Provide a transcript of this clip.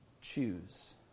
choose